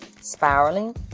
spiraling